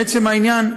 לעצם העניין,